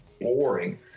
boring